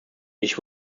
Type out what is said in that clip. ich